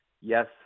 Yes